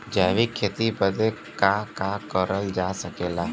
जैविक खेती बदे का का करल जा सकेला?